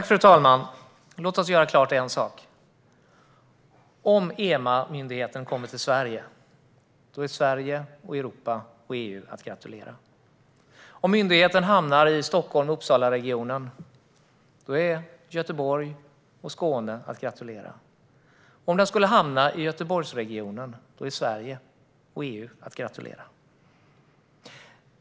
Fru talman! Låt oss klargöra en sak. Om EMA-myndigheten kommer till Sverige är Sverige, Europa och EU att gratulera. Om myndigheten hamnar i Stockholm-Uppsalaregionen är Göteborg och Skåne att gratulera. Om den skulle hamna i Göteborgsregionen är Sverige och EU att gratulera.